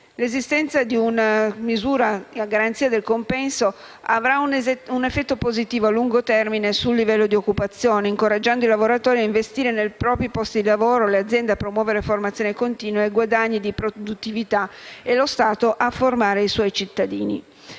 L'esistenza di una misura a garanzia del compenso avrà un effetto positivo a lungo termine sul livello di occupazione, incoraggiando i lavoratori a investire nel proprio posto di lavoro, le aziende a promuovere formazione continua e guadagni di produttività, e lo Stato a formare i suoi cittadini.